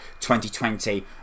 2020